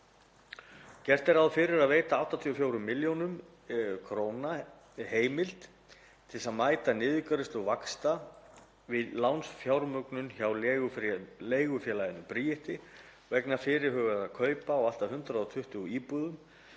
Gert er ráð fyrir að veita 84 millj. kr. heimild til að mæta niðurgreiðslu vaxta við lánsfjármögnun hjá Leigufélaginu Bríeti vegna fyrirhugaðra kaupa á allt að 120 íbúðum